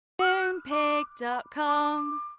Moonpig.com